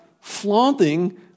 flaunting